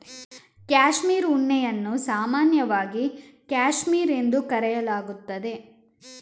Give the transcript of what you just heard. cashmere ಉಣ್ಣೆಯನ್ನು ಸಾಮಾನ್ಯವಾಗಿ cashmere ಎಂದು ಕರೆಯಲಾಗುತ್ತದೆ